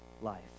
life